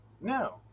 no